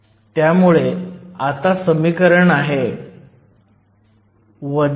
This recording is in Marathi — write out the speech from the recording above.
त्यामुळे आता समीकरण आहे 13